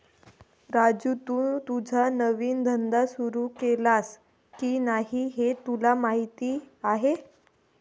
राजू, तू तुझा नवीन धंदा सुरू केलास की नाही हे तुला माहीत आहे